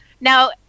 now